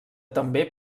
també